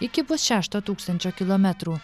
iki pusšešto tūkstančio kilometrų